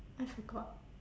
I forgot